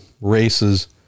races